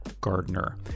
Gardner